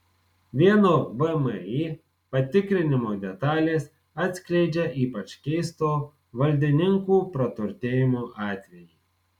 vieno vmi patikrinimo detalės atskleidžia ypač keisto valdininkų praturtėjimo atvejį